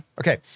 Okay